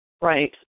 right